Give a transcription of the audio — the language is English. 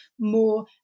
more